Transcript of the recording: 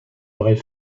aurait